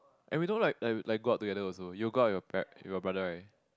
and we don't like like like go out together also you'll go out with your par~ your brother right